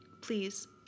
Please